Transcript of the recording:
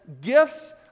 gifts